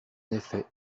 effet